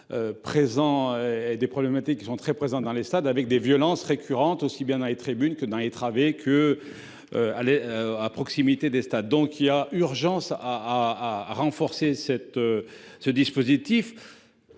Présent et des problématiques qui sont très présents dans les stades avec des violences récurrentes, aussi bien dans les tribunes que dans les travées que. Aller à proximité des stades, donc il y a urgence à à renforcer cette. Ce dispositif.